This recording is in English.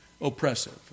oppressive